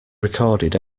recorded